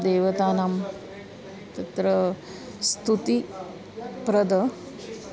देवतानां तत्र स्तुतिप्रदः